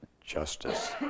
justice